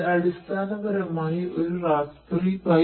ഇത് അടിസ്ഥാനപരമായി ഒരു റാസ്ബെറി പൈ